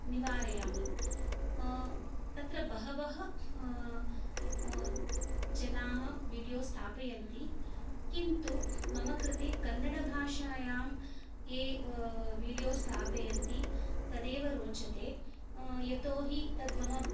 निवारयामि तत्र बहवः जनाः वीडियो स्थापयन्ति किन्तु मम कृते कन्नडभाषायां ये वीडियो स्थापयन्ति तदेव रोचते यतो हि तद् मम